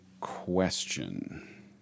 question